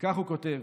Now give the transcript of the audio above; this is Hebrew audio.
וכך הוא כותב: